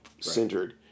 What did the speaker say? centered